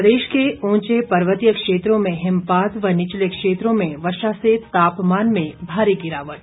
प्रदेश के ऊंचे पर्वतीय क्षेत्रों में हिमपात व निचले क्षेत्रों में वर्षा से तापमान में भारी गिरावट